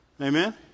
Amen